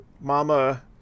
Mama